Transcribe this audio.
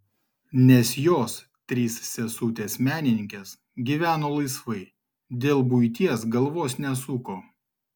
nes jos trys sesutės menininkės gyveno laisvai dėl buities galvos nesuko